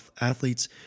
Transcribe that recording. athletes